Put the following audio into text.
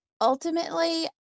ultimately